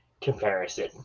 comparison